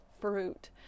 fruit